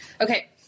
Okay